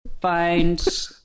find